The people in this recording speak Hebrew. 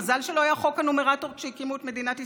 מזל שלא היה חוק הנומרטור כשהקימו את מדינת ישראל,